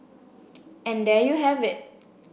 and there you have it